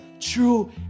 true